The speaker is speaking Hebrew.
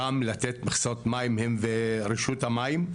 גם לתת מכסות מים מרשות המים,